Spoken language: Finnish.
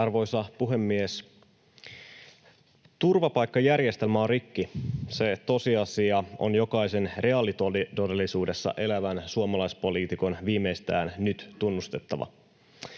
Arvoisa puhemies! Turvapaikkajärjestelmä on rikki. Se tosiasia on jokaisen reaalitodellisuudessa elävän suomalaispoliitikon viimeistään nyt tunnustettava.